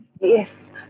Yes